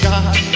God